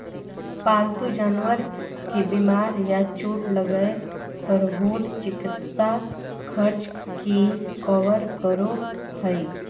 पालतू जानवर के बीमार या चोट लगय पर होल चिकित्सा खर्च के कवर करो हइ